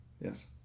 Yes